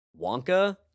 wonka